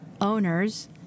owners